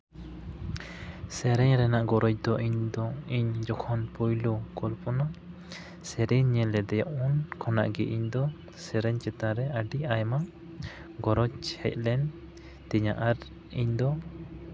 ᱥᱮᱨᱮᱧ ᱨᱮᱱᱟᱜ ᱜᱚᱨᱚᱡᱽ ᱫᱚ ᱤᱧ ᱫᱚ ᱤᱧ ᱡᱚᱠᱷᱚᱱ ᱯᱳᱭᱞᱳ ᱠᱚᱞᱯᱚᱱᱟ ᱥᱮᱨᱮᱧ ᱤᱧ ᱧᱮᱞ ᱞᱮᱫᱮᱭᱟ ᱩᱱ ᱠᱷᱚᱱᱟᱜ ᱜᱮ ᱤᱧ ᱫᱚ ᱥᱮᱨᱮᱧ ᱪᱮᱛᱟᱱᱨᱮ ᱟᱹᱰᱤ ᱟᱭᱢᱟ ᱜᱚᱨᱚᱡ ᱦᱮᱡ ᱞᱮᱱ ᱛᱤᱧᱟᱹ ᱟᱨ ᱤᱧ ᱫᱚ